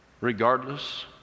regardless